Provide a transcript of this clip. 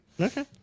Okay